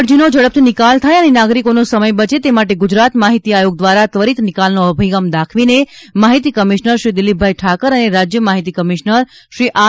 અરજીનો ઝડપથી નિકાલ થાય અને નાગરિકોનો સમય બચે તે માટે ગુજરાત માહિતી આયોગ દ્વારા ત્વરિત નિકાલનો અભિગમ દાખવીને માહિતી કમિશનર શ્રી દિલીપભાઇ ઠાકર અને રાજ્ય માહિતી કમિશનર શ્રી આર